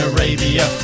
Arabia